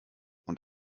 und